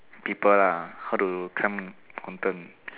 people ah how to climb mountain